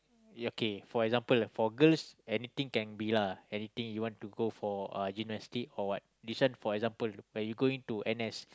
okay for example for girls anything can be lah anything you want to go for uh gymnastics or what this one for example when you going to N_S